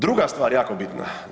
Druga stvar jako bitna.